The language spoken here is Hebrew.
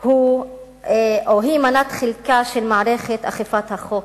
הוא מנת חלקה של מערכת אכיפת החוק,